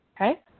Okay